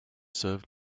served